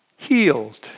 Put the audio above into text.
healed